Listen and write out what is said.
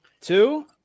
Two